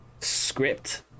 script